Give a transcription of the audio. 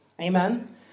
Amen